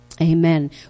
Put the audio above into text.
Amen